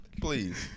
please